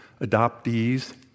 adoptees